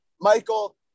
Michael